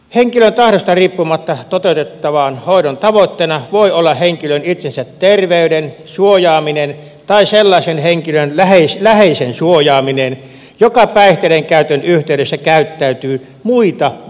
henkilön tahdosta riippumatta toteutettavan hoidon tavoitteena voi olla henkilön itsensä terveyden suojaaminen tai sellaisen henkilön läheisen suojaaminen joka päihteiden käytön yhteydessä käyttäytyy muita vaarantaen